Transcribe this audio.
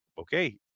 okay